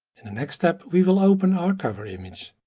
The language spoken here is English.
in the next step we will open our cover image.